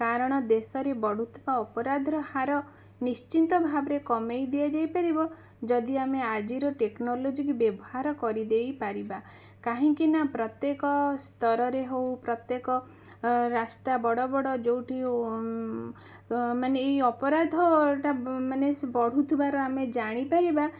କାରଣ ଦେଶରେ ବଢ଼ୁଥିବା ଅପରାଧ ର ହାର ନିଶ୍ଚିନ୍ତ ଭାବ ରେ କମାଇ ଦିଆଯାଇପାରିବ ଯଦି ଆମେ ଆଜିର ଟେକ୍ନୋଲୋଜି କୁ ବ୍ୟବହାର କରି ଦେଇପାରିବା କାହିଁକିନା ପ୍ରତ୍ୟେକ ସ୍ତରରେ ହଉ ପ୍ରତ୍ୟେକ ରାସ୍ତା ବଡ଼ ବଡ଼ ଯେଉଁଠି ହ ମାନେ ଏଇ ଅପରାଧଟା ମାନେ ସ ବଢ଼ୁଥିବାର ଆମେ ଜାଣି ପାରିବା